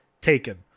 taken